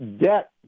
debt